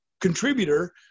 contributor